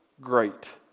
great